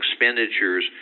expenditures